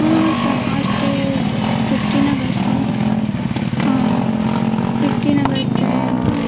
ہاں ہاں سر آج تو ففٹین اگست ہے ہاں ففٹین اگست ہے